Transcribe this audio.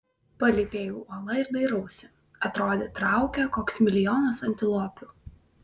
palypėju uola ir dairausi atrodė traukia koks milijonas antilopių